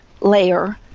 layer